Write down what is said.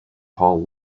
hall